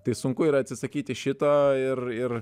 tai sunku yra atsisakyti šito ir ir